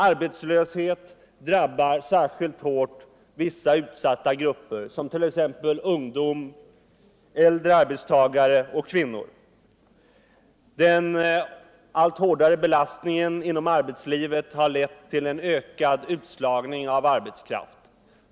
Arbetslöshet drabbar särskilt hårt vissa utsatta grupper, t.ex. ungdom, äldre arbetstagare och kvinnor. Den allt hårdare belastningen inom arbetslivet har medfört en ökad utslagning av arbetskraft.